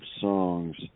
songs